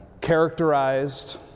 characterized